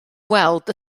weld